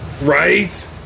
Right